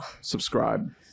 subscribe